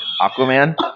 Aquaman